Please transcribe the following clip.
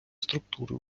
структури